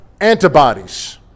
antibodies